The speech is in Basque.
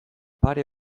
pare